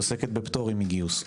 היא עוסקת בפטורים מגיוס.